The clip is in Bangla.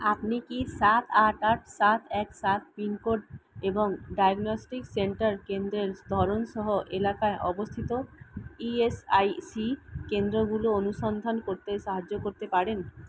আপনি কি সাত আট আট সাত এক সাত পিনকোড এবং ডায়াগনস্টিক সেন্টার কেন্দ্রের ধরন সহ এলাকায় অবস্থিত ই এস আই সি কেন্দ্রগুলো অনুসন্ধান করতে সাহায্য করতে পারেন